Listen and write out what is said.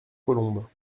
colombes